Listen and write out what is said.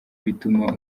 bituma